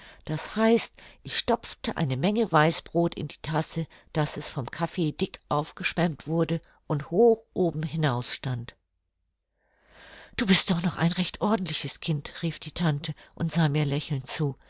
das heißt ich stopfte eine menge weißbrod in die tasse daß es vom kaffee dick aufgeschwemmt wurde und hoch oben hinaus stand du bist doch noch ein recht ordentliches kind rief die tante und sah mir lächelnd zu